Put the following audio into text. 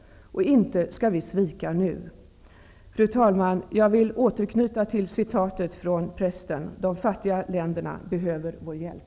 Inte skall vi svika nu. Fru talman! Jag vill åter anknyta till citatet från Preston: De fattiga länderna behöver vår hjälp.